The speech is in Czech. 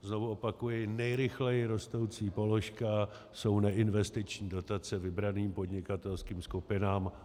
Znovu opakuji, nejrychleji rostoucí položka jsou neinvestiční dotace vybraným podnikatelským skupinám.